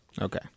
Okay